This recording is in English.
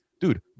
dude